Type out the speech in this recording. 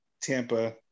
Tampa